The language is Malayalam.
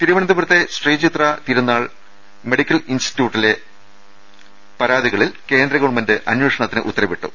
തിരുവനന്തപുരത്തെ ശ്രീചിത്ര തിരുനാൾ മെഡിക്കൽ ഇൻസ്റ്റി റ്റ്യൂട്ടിലെ ഉയർന്ന പരാതിയിൽ കേന്ദ്ര ഗവൺമെന്റ് അന്വേ ഷണത്തിന് ഉത്തരവിട്ടു